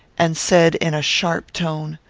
and said, in a sharp tone,